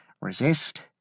Resist